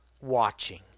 watching